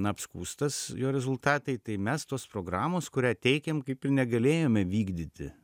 na apskųstas jo rezultatai tai mes tos programos kurią teikėm kaip ir negalėjome vykdyti